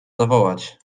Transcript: zawołać